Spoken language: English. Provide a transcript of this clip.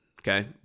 okay